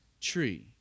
tree